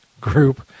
group